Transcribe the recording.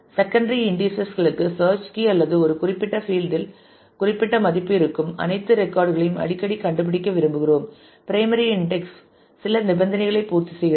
secondary indices களுக்கு search key அல்லது ஒரு குறிப்பிட்ட பீல்ட்களின் இல் குறிப்பிட்ட மதிப்பு இருக்கும் அனைத்து ரெக்கார்ட் களையும் அடிக்கடி கண்டுபிடிக்க விரும்புகிறோம் பிரைமரி இன்டெக்ஸ் சில நிபந்தனைகளை பூர்த்தி செய்கிறது